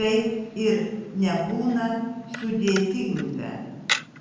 kaip ir nebūna sudėtinga